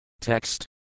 Text